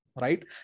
right